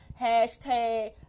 hashtag